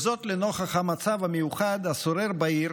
וזאת לנוכח המצב המיוחד השורר בעיר